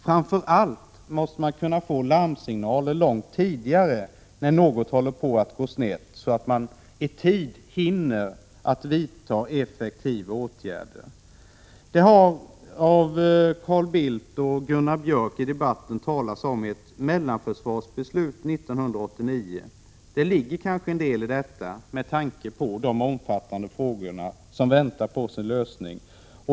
Framför allt måste n man kunna få larmsignaler långt tidigare när något håller på att gå snett, så att säua ätveckling mani tid hinner vidta effektiva åtgärder. Carl Bildt och Gunnar Björk i Gävle har i debatten talat om ett mellanförsvarsbeslut 1989. Det ligger kanske en del i detta med tanke på de omfattande frågor som väntar på sin lösning.